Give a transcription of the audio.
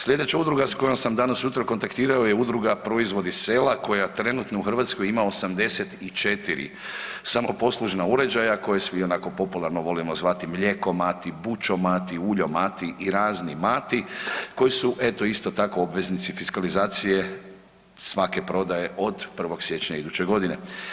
Slijedeća udruga s kojom sam danas ujutro kontaktirao je Udruga proizvodi sela koja trenutno u Hrvatskoj ima 84 samoposlužna uređaja koje svi onako popularno volimo zvati mlijekomati, pučomati, uljomati i razni mati koji su eto isto tako obveznici fiskalizacije svake prodaje od 1. siječnja iduće godine.